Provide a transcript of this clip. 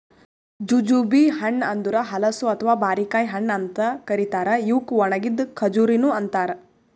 jujube ಹಣ್ಣ ಅಂದುರ್ ಹಲಸು ಅಥವಾ ಬಾರಿಕಾಯಿ ಹಣ್ಣ ಅಂತ್ ಕರಿತಾರ್ ಇವುಕ್ ಒಣಗಿದ್ ಖಜುರಿನು ಅಂತಾರ